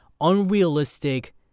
unrealistic